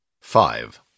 Five